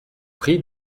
prie